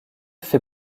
fait